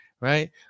Right